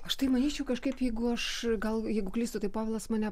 aš tai manyčiau kažkaip jeigu aš gal jeigu klystu tai povilas mane